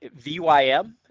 VYM